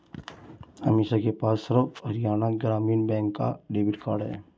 अमीषा के पास सर्व हरियाणा ग्रामीण बैंक का डेबिट कार्ड है